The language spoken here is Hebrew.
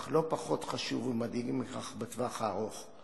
אך לא פחות חשוב ומדאיג מכך, בטווח הארוך.